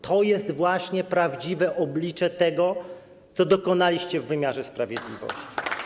To jest właśnie prawdziwe oblicze tego, czego dokonaliście w wymiarze sprawiedliwości.